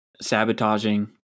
sabotaging